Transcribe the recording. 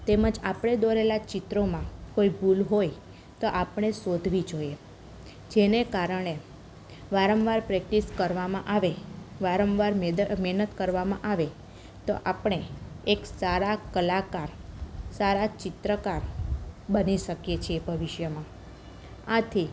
તેમજ આપણે દોરેલા ચિત્રોમાં કોઈ ભૂલ હોય તો આપણે શોધવી જોઈએ જેને કારણે વારંવાર પ્રેક્ટિસ કરવામાં આવે વારંવાર મહેનત કરવાંમાં આવે તો આપણે એક સારા કલાકાર સારા ચિત્રકાર બની શકીએ છીએ ભવિષ્યમાં આથી